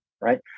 right